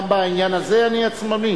גם בעניין הזה אני עצמוני?